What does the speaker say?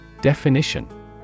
Definition